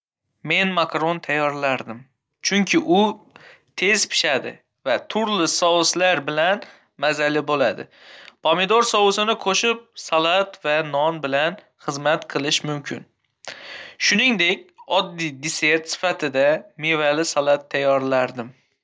Men makaron tayyorlardim, chunki u tez pishadi va turli soslar bilan mazali bo'ladi. Pomidor sosini qo'shib, salat va non bilan xizmat qilish mumkin. Shuningdek, oddiy desert sifatida mevali salat tayyorlardim.